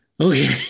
Okay